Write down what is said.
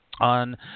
on